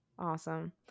Awesome